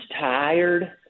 tired